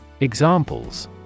Examples